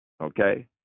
okay